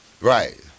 Right